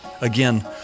Again